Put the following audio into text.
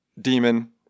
Demon